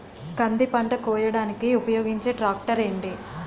కంది పంట కోయడానికి ఉపయోగించే ట్రాక్టర్ ఏంటి?